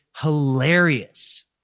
hilarious